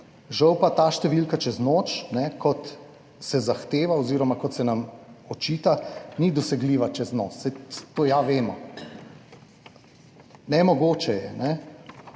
žal pa ta številka čez noč, kot se zahteva oziroma kot se nam očita, ni dosegljiva čez noč, saj to ja vemo. Nemogoče je.